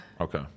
Okay